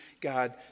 God